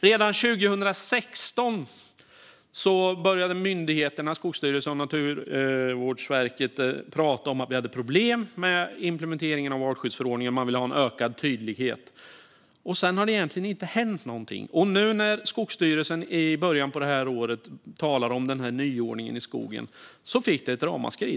Redan 2016 började myndigheterna, det vill säga Skogsstyrelsen och Naturvårdsverket, att prata om att vi hade problem med implementeringen av artskyddsförordningen. Man ville ha en ökad tydlighet. Sedan har det egentligen inte hänt någonting, och när Skogsstyrelsen i början av året talade om denna nyordning i skogen blev det ett ramaskri.